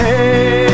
Hey